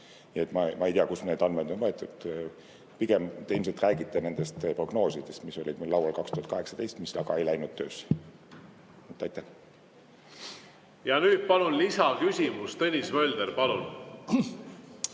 Ma ei tea, kust need andmed on võetud. Ilmselt te räägite nendest prognoosidest, mis olid meil laual 2018, mis aga ei läinud töösse. Ja nüüd palun lisaküsimus. Tõnis Mölder, palun!